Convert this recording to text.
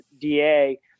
DA